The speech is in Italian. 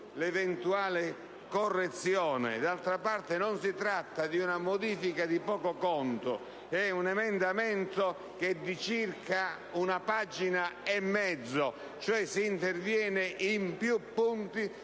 le eventuali correzioni. D'altra parte, non si tratta di una modifica di poco conto: si tratta di un emendamento di circa una pagina e mezza. Si interviene in più punti